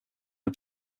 are